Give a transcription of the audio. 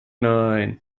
nein